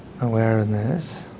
awareness